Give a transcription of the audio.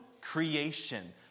creation